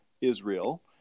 Israel